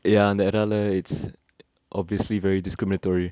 ya அந்த:antha ya lah it's obviously very discriminatory